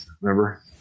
remember